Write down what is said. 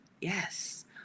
Yes